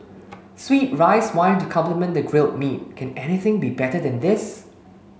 sweet rice wine to complement the grilled meat can anything be better than this